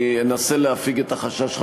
ואני אנסה להפיג את החשש,